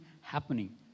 happening